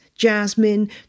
jasmine